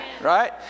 Right